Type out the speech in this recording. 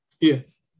Yes